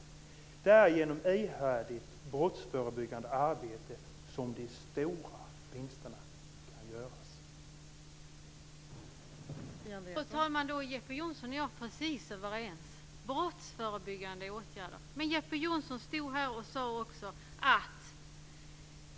Jag sade: "Det är genom ihärdigt brottsförebyggande arbete som de stora vinsterna kan göras."